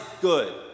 good